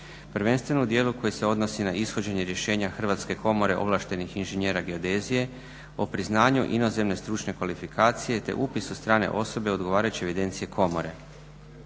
prvenstveno u dijelu koji se odnosi na ishođenje rješenja Hrvatske komore ovlaštenih inženjera geodezije o priznanju inozemne stručne kvalifikacije te upis strane osobe u odgovarajuće evidencije komore.